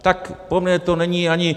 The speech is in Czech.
Tak pro mě to není ani...